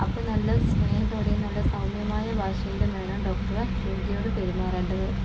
അപ്പോൾ നല്ല സ്നേഹത്തോടെയും നല്ല സൗമ്യമായ ഭാഷയിലും വേണം ഡോക്ടറ് രോഗിയോട് പെരുമാറെണ്ടത്